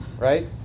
Right